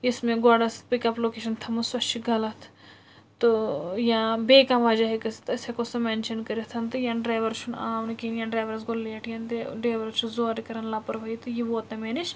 یۄس مےٚ گۄڈٕ ٲسۍ پِک اَپ لوکیشَن تھٲمٕژ سۄ چھِ غلط تہٕ یا بیٚیہِ کانٛہہ وجہ ہیٚکہِ ٲسِتھ أسۍ ہیٚکو سُہ میٚنشَن کٔرِتھ تہٕ یا ڈرٛایوَر چھُنہٕ آو نہٕ کہیٖنۍ یا ڈرایورَس گوٚو لیٹ یا ڈرٛایور چھُ زورٕ کَران لاپروٲہی تہٕ یہِ ووت نہٕ مےٚ نِش